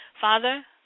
Father